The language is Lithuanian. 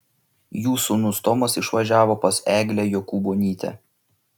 jų sūnus tomas išvažiavo pas eglę jokūbonytę